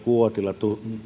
uotila